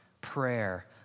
prayer